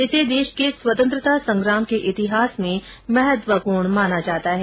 इसे देश के स्वतंत्रता संग्राम के इतिहास में महत्वपूर्ण माना जाता है